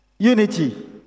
Unity